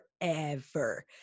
forever